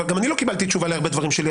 גם אני לא קיבלתי תשובה להרבה דברים שלי,